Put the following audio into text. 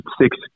six –